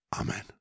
Amen